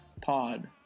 Pod